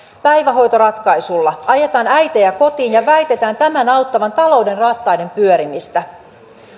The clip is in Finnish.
päivähoitoratkaisulla ajetaan äitejä kotiin ja väitetään tämän auttavan talouden rattaiden pyörimistä